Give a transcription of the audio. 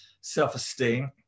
self-esteem